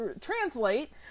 translate